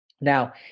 Now